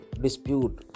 dispute